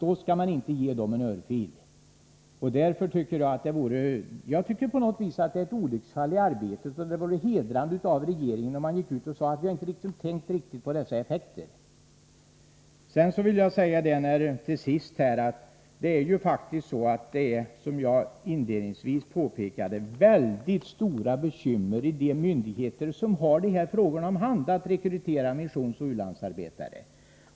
Man skall inte ge dem en örfil! Detta är på något sätt ett olycksfall i arbetet, och det vore hedrande om regeringen gick ut och sade att man inte hade tänkt riktigt på dessa effekter. Till sist vill jag säga, som jag inledningsvis påpekade, att man i de myndigheter som har dessa frågor om hand har mycket stora bekymmer med att rekrytera missionsoch u-landsarbetare.